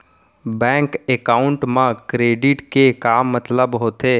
Bank account मा credit के का मतलब होथे?